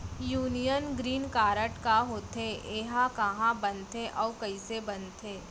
Union green card का होथे, एहा कहाँ बनथे अऊ कइसे बनथे?